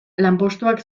lanpostuak